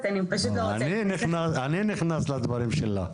אני נכנס לדברים שלך,